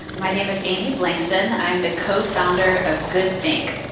my name is amy blankson, i am the co-founder of goodthink,